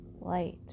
light